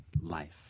life